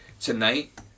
Tonight